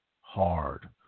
hard